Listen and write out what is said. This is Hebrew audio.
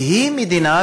והיא מדינה,